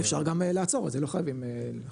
אפשר גם לעצור את זה, לא חייבים לחוקק.